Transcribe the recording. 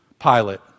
Pilate